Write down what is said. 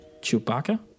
Chewbacca